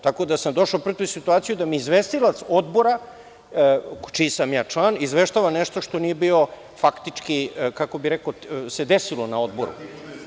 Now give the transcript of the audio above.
Tako da sam došao u situaciju da mi izvestilac Odbora, čiji sam ja član, izveštava nešto što nije bilo faktički, kako se desilo na Odboru.